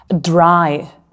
dry